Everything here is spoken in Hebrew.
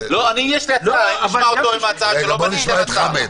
רגע, בואו נשמע את חמד.